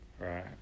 right